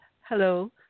Hello